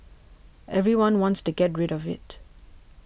everyone wants to get rid of it